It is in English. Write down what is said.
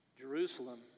Jerusalem